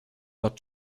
not